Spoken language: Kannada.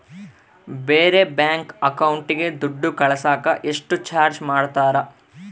ಬೇರೆ ಬ್ಯಾಂಕ್ ಅಕೌಂಟಿಗೆ ದುಡ್ಡು ಕಳಸಾಕ ಎಷ್ಟು ಚಾರ್ಜ್ ಮಾಡತಾರ?